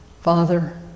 Father